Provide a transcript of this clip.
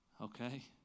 Okay